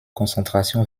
concentration